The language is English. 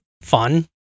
fun